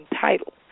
title